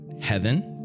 heaven